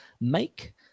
Make